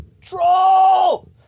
troll